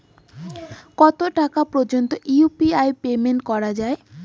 কত টাকা পর্যন্ত ইউ.পি.আই পেমেন্ট করা যায়?